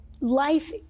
life